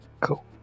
Cool